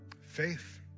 faith